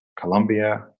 Colombia